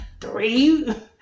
Three